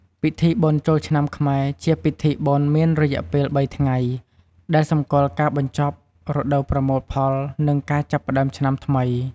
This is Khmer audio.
ពីធីបុណ្យចូលឆ្នាំខ្មែរជាពិធីបុណ្យមានរយៈពេលបីថ្ងៃ ដែលសម្គាល់ការបញ្ចប់រដូវប្រមូលផល និងការចាប់ផ្តើមឆ្នាំថ្មី។